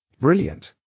Brilliant